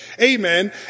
Amen